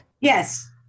Yes